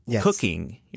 cooking